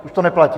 Už to neplatí.